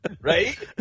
Right